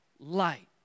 light